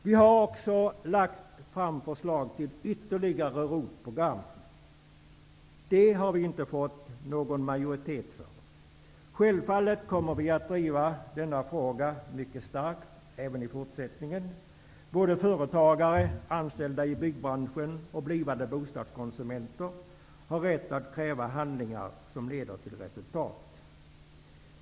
Vi har också lagt fram förslag till ytterligare ROT program. Det har vi inte fått majoritet för. Självfallet kommer vi att driva denna fråga mycket starkt även i fortsättningen. Både företagare, anställda i byggbranschen och blivande bostadskonsumenter har rätt att kräva handlingar som leder till resultat.